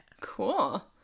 Cool